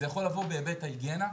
זה יכול לבוא בהיבט ההיגיינה,